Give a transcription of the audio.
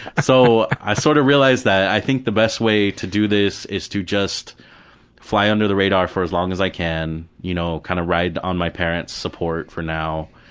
so i sort of realized i think the best way to do this is to just fly under the radar for as long as i can, you know kind of ride on my parent's support for now,